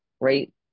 right